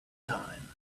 time